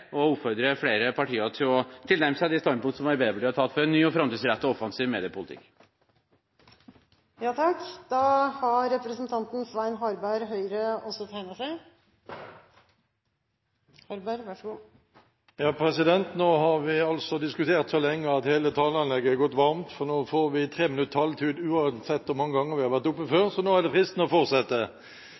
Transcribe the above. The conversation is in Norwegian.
og jeg oppfordrer flere partier til å tilnærme seg de standpunkt som Arbeiderpartiet har tatt for en ny og framtidsrettet offensiv mediepolitikk. Nå har vi diskutert så lenge at hele taleanlegget har gått varmt, for nå får vi 3 minutter taletid uansett hvor mange ganger vi har vært oppe før. Da er det fristende å fortsette.